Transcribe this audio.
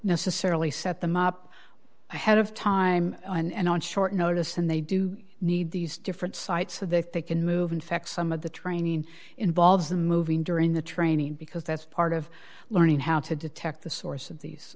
necessarily set them up ahead of time and on short notice and they do need these different sites so that they can move in fact some of the training involves the moving during the training because that's part of learning how to detect the source of these